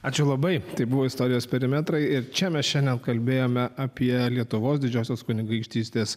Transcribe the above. ačiū labai tai buvo istorijos perimetrai ir čia mes šiandien kalbėjome apie lietuvos didžiosios kunigaikštystės